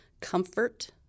comfort